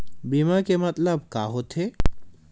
बीमा के मतलब का होथे?